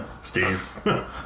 Steve